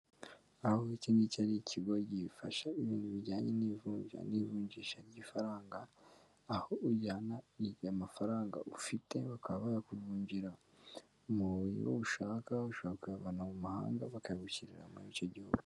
Aho iki ngiki ari ikigo gifasha ibintu bijyanye n'ivunja n'ivunjisha ry'ifaranga, aho ujyana amafaranga ufite bakaba bayakuvungira mu buryo ushaka, ushobora kuyavana mu mahanga bakaba bayagushyirira muri icyo gihugu.